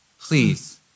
please